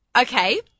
Okay